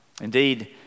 Indeed